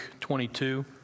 22